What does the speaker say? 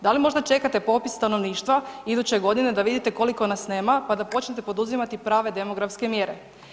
Da li možda čekate popis stanovništva iduće godine da vidite koliko nas nema pa da počnete poduzimati prave demografske mjere?